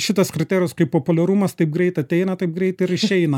šitas kriterijus kaip populiarumas taip greit ateina taip greit ir išeina